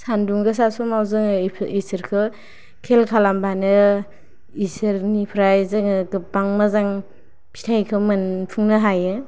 सान्दुं गोसा समाव जोङो बिसोरखौ खेयाल खालामबानो बिसोरनिफ्राय जोङो गोबां मोजां फिथायखौ मोनफुंनो हायो